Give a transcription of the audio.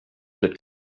that